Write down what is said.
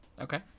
Okay